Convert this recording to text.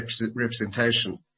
representation